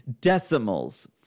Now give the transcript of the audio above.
Decimals